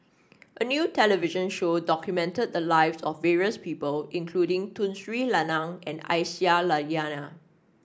a new television show documented the lives of various people including Tun Sri Lanang and Aisyah Lyana